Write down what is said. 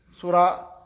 surah